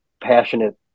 passionate